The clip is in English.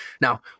Now